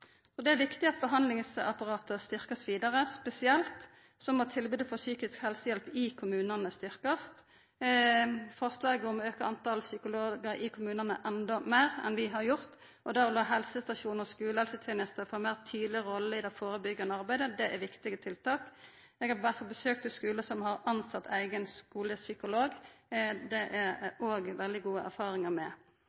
Det er viktig at behandlingsapparatet blir styrkt vidare. Spesielt må tilbodet om psykisk helsehjelp i kommunane bli styrkt. Å auka talet psykologar i kommunane enda meir enn vi har gjort, og å la helsestasjon og skulehelseteneste få ei meir tydeleg rolle i det førebyggjande arbeidet, er viktige tiltak. Eg har vore på besøk hos skular som har tilsett eigen skulepsykolog. Det er